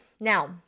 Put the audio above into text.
Now